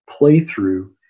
playthrough